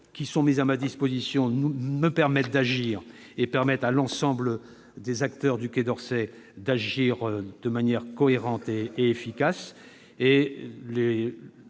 les moyens mis à disposition me permettent d'agir et permettent à l'ensemble des acteurs du Quai d'Orsay d'agir de manière cohérente et efficace.